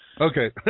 Okay